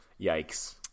Yikes